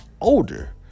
older